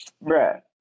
Right